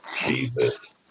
Jesus